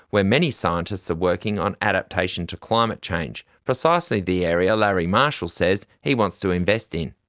where many scientists are working on adaptation to climate change, precisely the area larry marshall says he wants to invest in.